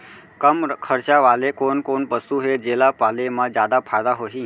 कम खरचा वाले कोन कोन पसु हे जेला पाले म जादा फायदा होही?